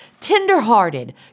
Tenderhearted